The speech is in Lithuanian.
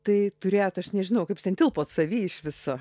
tai turėjot aš nežinau kaip jūs ten tilpot savi iš viso